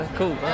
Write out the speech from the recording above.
cool